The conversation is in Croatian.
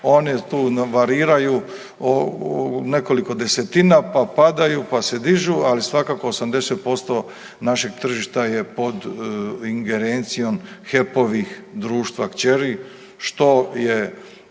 one tu variraju u nekoliko desetina pa padaju, pa se dižu, ali svakako 80% našeg tržišta je pod ingerencijom HEP-ovih društva kćeri što je